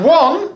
one